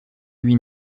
huit